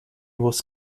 was